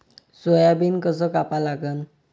Soybean कस कापा लागन?